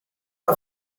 are